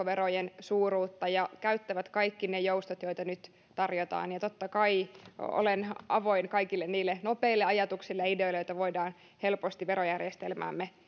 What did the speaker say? toimia pienentävät ennakkoverojen suuruutta ja käyttävät kaikki ne joustot joita nyt tarjotaan ja totta kai olen avoin kaikille niille nopeille ajatuksille ideoille joita voidaan helposti verojärjestelmäämme